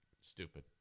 Stupid